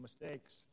mistakes